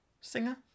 Singer